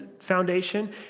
foundation